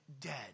dead